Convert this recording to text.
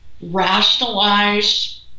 Rationalize